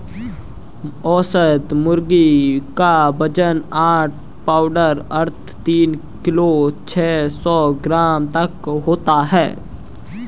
औसत मुर्गी क वजन आठ पाउण्ड अर्थात तीन किलो छः सौ ग्राम तक होता है